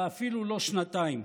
ואפילו לא שנתיים.